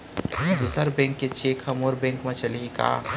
दूसर बैंक के चेक ह मोर बैंक म चलही का?